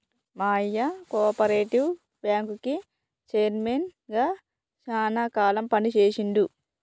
మా అయ్య కోపరేటివ్ బ్యాంకుకి చైర్మన్ గా శానా కాలం పని చేశిండు